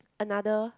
another